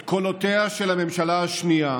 את קולותיה של הממשלה השנייה